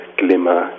glimmer